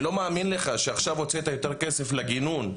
אני לא מאמין לך שעכשיו הוצאת יותר כסף לגינון,